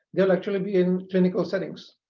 they'll actually be in clinical settings.